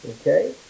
Okay